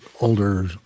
older